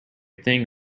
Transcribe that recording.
thing